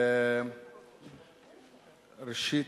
אדוני היושב-ראש,